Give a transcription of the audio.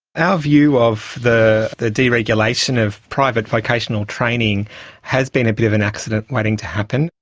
our view of the the deregulation of private vocational training has been a bit of an accident waiting to happen.